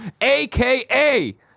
aka